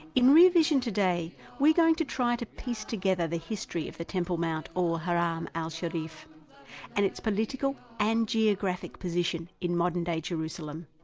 in rear vision today we're going to try to piece together the history of the temple mount, or haram um al-sharif and its political and geographical position in modern day jerusalem.